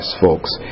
folks